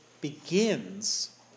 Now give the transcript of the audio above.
begins